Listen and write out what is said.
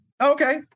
Okay